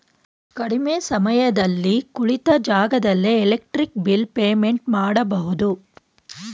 ಕಡಿಮೆ ಸಮಯದಲ್ಲಿ ಕುಳಿತ ಜಾಗದಲ್ಲೇ ಎಲೆಕ್ಟ್ರಿಕ್ ಬಿಲ್ ಪೇಮೆಂಟ್ ಮಾಡಬಹುದು